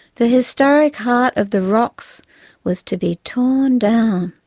the historic heart of the rocks was to be torn down,